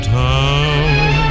town